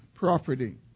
Property